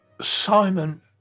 Simon